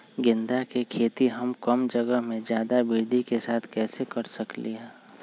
गेंदा के खेती हम कम जगह में ज्यादा वृद्धि के साथ कैसे कर सकली ह?